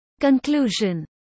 Conclusion